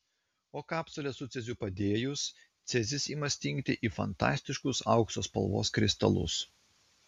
o kapsulę su ceziu padėjus cezis ima stingti į fantastiškus aukso spalvos kristalus